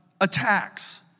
attacks